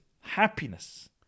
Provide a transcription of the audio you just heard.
happiness